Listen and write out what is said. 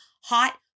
Hot